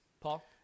Paul